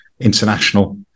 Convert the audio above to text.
international